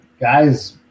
guy's